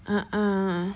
uh uh